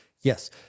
Yes